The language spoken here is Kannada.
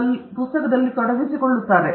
ಆದ್ದರಿಂದ ಇದು ಪುಸ್ತಕವನ್ನು ಬರೆಯುವ ಉದ್ದೇಶವಾಗಿರುತ್ತದೆ